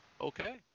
Okay